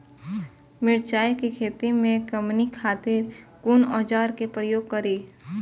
मिरचाई के खेती में कमनी खातिर कुन औजार के प्रयोग करी?